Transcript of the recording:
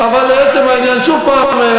שוב פעם,